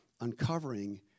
uncovering